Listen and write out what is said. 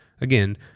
again